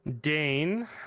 Dane